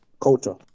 culture